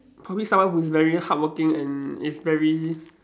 probably someone who's very hardworking and is very